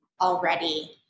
already